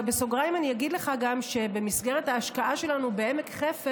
בסוגריים אגיד לך שבמסגרת ההשקעה שלנו בעמק חפר